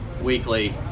Weekly